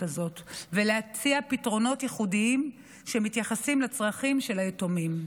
הזאת ולהציע פתרונות ייחודיים שמתייחסים לצרכים של היתומים.